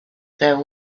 there